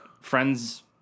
Friends